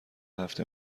هفته